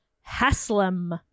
Haslam